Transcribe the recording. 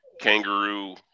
kangaroo